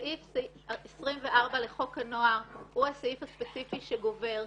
סעיף 24 לחוק הנוער הוא הסעיף הספציפי שגובר.